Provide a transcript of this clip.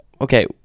okay